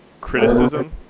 criticism